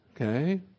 okay